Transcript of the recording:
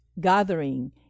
gathering